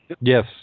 Yes